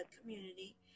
community